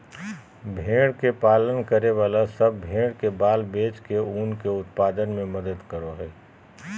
भेड़ के पालन करे वाला सब भेड़ के बाल बेच के ऊन के उत्पादन में मदद करो हई